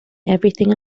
everything